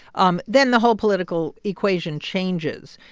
um then the whole political equation changes.